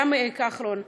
גם כחלון.